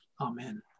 Amen